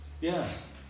Yes